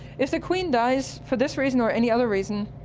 if the queen dies, for this reason or any other reason,